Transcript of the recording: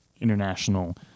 international